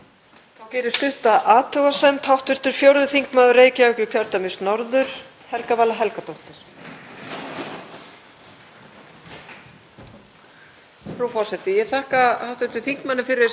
Frú forseti. Ég þakka hv. þingmanni fyrir þessa fyrirspurn. Þetta er í rauninni hluti af stærri og nauðsynlegri umræðu um gjaldtöku hins opinbera.